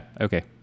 Okay